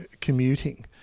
commuting